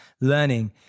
learning